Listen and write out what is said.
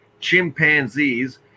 chimpanzees